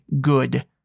good